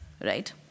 right